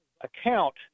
account